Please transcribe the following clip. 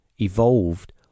evolved